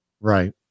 right